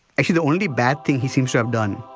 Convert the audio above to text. actually the only bad thing he seems to have done.